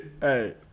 Hey